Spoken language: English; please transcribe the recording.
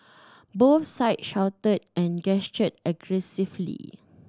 both sides shouted and gestured aggressively